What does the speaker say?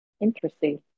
Interesting